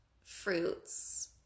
fruits